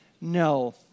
No